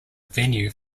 venue